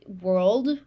world